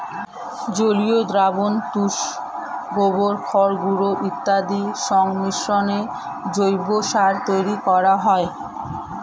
জলীয় দ্রবণ, তুষ, গোবর, খড়গুঁড়ো ইত্যাদির সংমিশ্রণে জৈব সার তৈরি করা হয়